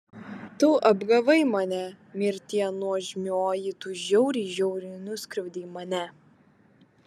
tu apgavai mane mirtie nuožmioji tu žiauriai žiauriai nuskriaudei mane